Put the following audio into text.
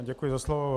Děkuji za slovo.